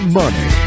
money